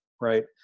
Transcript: right